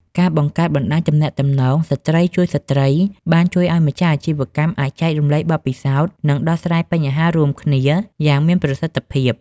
ការបង្កើតបណ្តាញទំនាក់ទំនង "ស្ត្រីជួយស្ត្រី" បានជួយឱ្យម្ចាស់អាជីវកម្មអាចចែករំលែកបទពិសោធន៍ និងដោះស្រាយបញ្ហារួមគ្នាយ៉ាងមានប្រសិទ្ធភាព។